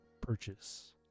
Purchase